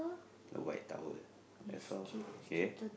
the white tower that's all okay